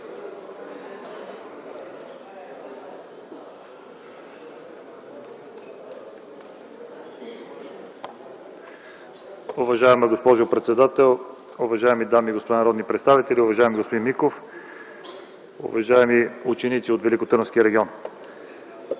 Уважаема госпожо председател, уважаеми дами и господа народни представители, уважаема госпожо Христова, уважаеми гости от Великотърновския регион!